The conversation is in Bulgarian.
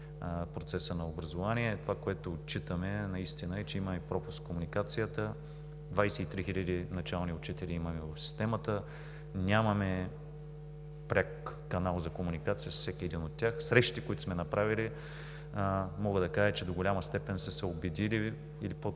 процеса на образование. Това, което отчитаме, е, че имаме пропуск в комуникацията. 23 хиляди начални учители имаме в системата. Нямаме пряк канал за комуникация с всеки от тях. От срещите, които сме направили, мога да кажа, че до голяма степен сме разсеяли